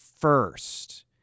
first